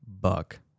buck